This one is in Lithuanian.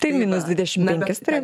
tai minus dvidešimt penkis turėjom